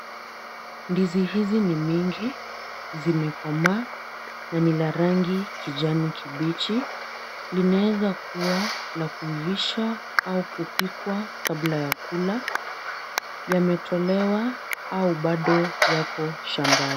Ndizi hizi ni mingi, zimekomaa na ni la rangi kijani kibichi. Linaweza kuwa la kuivisha au kupikwa kabla ya kula. Yametolewa au bado yako shambani.